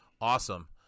awesome